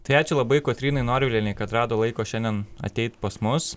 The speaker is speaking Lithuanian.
tai ačiū labai kotrynai norvilienei kad rado laiko šiandien ateit pas mus